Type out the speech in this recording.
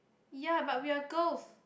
ya but we are girls